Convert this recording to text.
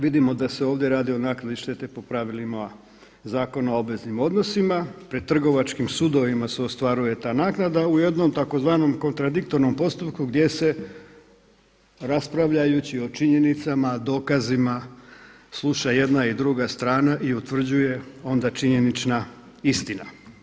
Vidimo da se ovdje radi o naknadi štete po pravilima Zakona o obveznim odnosima pred trgovačkim sudovima se ostvaruje ta naknada u jednom tzv. kontradiktornom postupku gdje se raspravljajući o činjenicama dokazima sluša jedna i druga strana i utvrđuje onda činjenična istina.